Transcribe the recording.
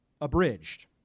abridged